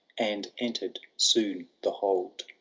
and entered soon the hold,